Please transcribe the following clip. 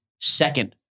second